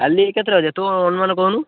କାଲି କେତେଟାରେ ଯିବା ତୁ ଅନୁମାନ କହୁନୁ